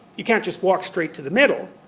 you can't just walk straight to the middle.